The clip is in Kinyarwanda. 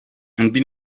undi